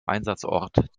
einsatzort